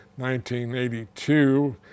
1982